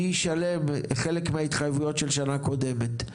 מי ישלם חלק מההתחייבויות של שנה קודמת,